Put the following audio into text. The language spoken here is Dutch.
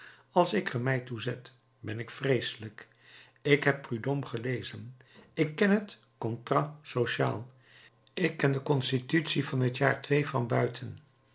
als ik er mij toe zet ben ik vreeselijk ik heb prudhomme gelezen ik ken het contrat social ik ken de constitutie van het jaar ii van buiten